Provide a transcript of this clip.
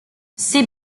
ces